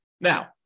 Now